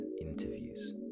interviews